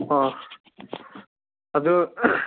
ꯑꯥ ꯑꯗꯨ